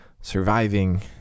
surviving